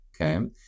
Okay